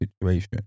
situation